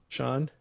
Sean